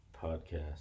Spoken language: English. podcast